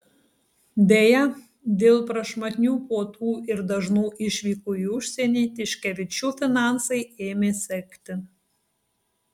deja dėl prašmatnių puotų ir dažnų išvykų į užsienį tiškevičių finansai ėmė sekti